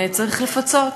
צריך לפצות.